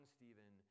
Stephen